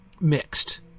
mixed